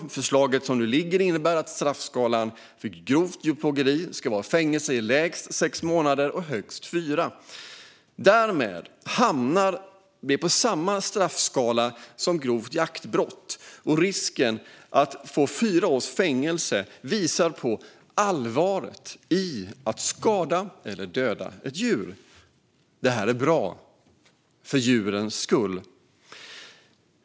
Det förslag som vi nu debatterar innebär att straffskalan för grovt djurplågeri ska vara fängelse i lägst sex månader och högst fyra år. Därmed hamnar det på samma straffskala som grovt jaktbrott. Att man riskerar upp till fyra års fängelse visar på allvaret i att skada eller döda ett djur. Detta är bra, för djurens skull.